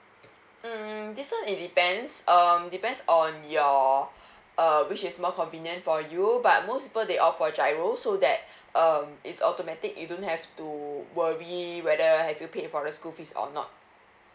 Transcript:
mm this one it depends um depends on your uh which is more convenient for you but most people they opt for giro so that um it's automatic you don't have to worry whether have you paid for the school fees or not